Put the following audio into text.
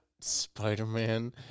Spider-Man